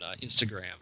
Instagram